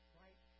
right